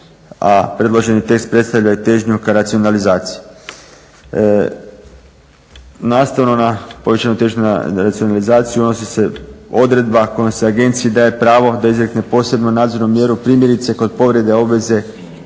a predloženi tekst predstavlja i težnju ka racionalizaciji. Nastavno na povećanu tržišnu racionalizaciji … se odredba kojom se agenciji daje pravo da izrekne posebnu nadzornu mjeru, primjerice kod povrede obveze